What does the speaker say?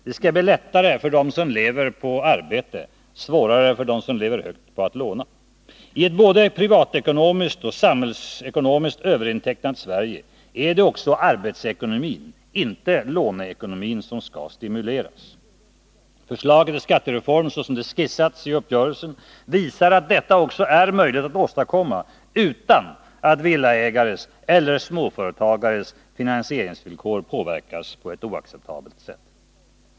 Det skall bli lättare för dem som lever på arbete, svårare för dem som lever högt på att låna. I ett både privatekonomiskt och samhällsekonomiskt överintecknat Sverige är det arbetsekonomin, inte låneekonomin, som skall stimuleras. Förslaget till skattereform, såsom det skissats i uppgörelsen, visar att detta är möjligt att åstadkomma utan att villaägares eller småföretagares finansieringsvillkor påverkas på ett oacceptabelt sätt.